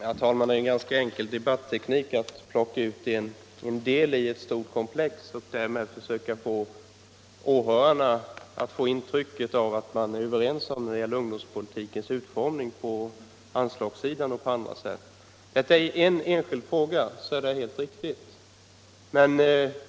Herr talman! Det är en ganska enkel debatteknik att plocka ut en del av detta stora komplex och därmed försöka ge åhörarna intrycket att det råder enighet om ungdomspolitikens utformning på anslagssidan och i andra avseenden. Det som vi nu diskuterar är en särskild fråga.